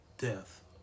death